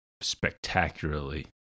spectacularly